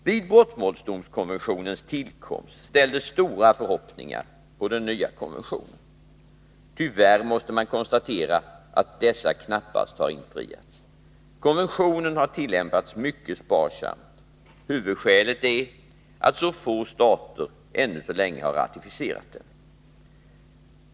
Vid brottmålsdomskonventionens tillkomst ställdes stora förhoppningar på den nya konventionen. Tyvärr måste man konstatera att dessa knappast har infriats. Konventionen har tillämpats mycket sparsamt. Huvudskälet är att så få stater ännu så länge har ratificerat den.